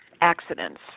accidents